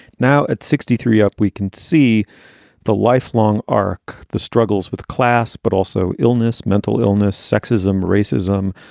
now, at sixty three up, we can see the lifelong arc, the struggles with class, but also illness, mental illness, sexism, racism,